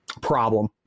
problem